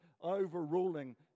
overruling